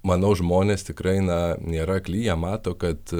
manau žmonės tikrai na nėra akli jie mato kad